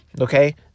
Okay